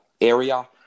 area